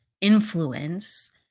influence